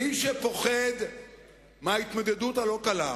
מי שפוחד מההתמודדות הלא-קלה,